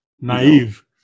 Naive